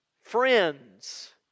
friends